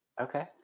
Okay